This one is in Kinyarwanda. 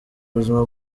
buzima